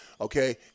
Okay